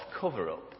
cover-up